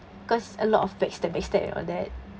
cause a lot of backstab backstab and all that